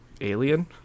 Alien